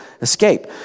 escape